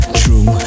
true